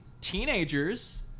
teenagers